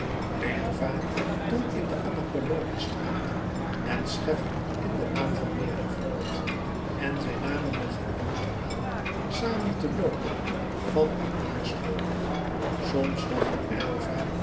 toen in de anna paulowna straat en scheffer in de laan van meerdervoort en zij namen de gewoonte aan samen te loopen van en naar school soms dacht